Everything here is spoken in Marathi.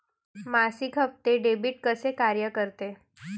मासिक हप्ते, डेबिट कसे कार्य करते